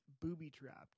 booby-trapped